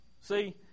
See